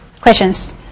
Questions